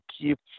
keep